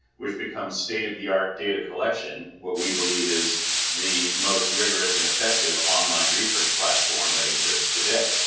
we've becomes state of the art data collection. what we believe is the most rigorous and effective online research platform that exists today.